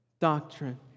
doctrine